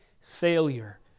failure